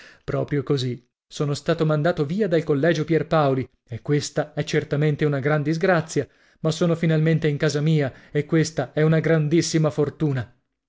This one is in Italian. proprio così sono stato mandato via dal collegio pierpaoli e questa è certamente una gran disgrazia ma sono finalmente in casa mia e questa è una grandissima fortuna